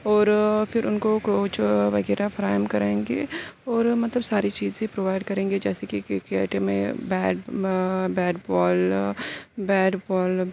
اور پھر ان کو کوچ وغیرہ فراہم کریں گے اور مطلب ساری چیزیں پرووائڈ کریں گے جیسے کہ کرکٹ میں بیٹ بیٹ بال بیٹ بال